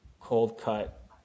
cold-cut